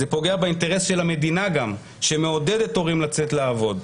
זה פוגע באינטרס של המדינה גם שמעודדת הורים לצאת לעבוד.